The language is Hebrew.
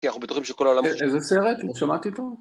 כי אנחנו בטוחים שכל העולם.. איזה סרט? לא שמעתי פה.